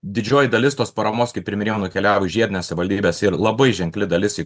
didžioji dalis tos paramos kaip ir minėjau nukeliavo į žiedines savivaldybes ir labai ženkli dalis į